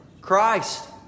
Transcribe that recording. Christ